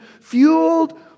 fueled